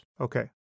Okay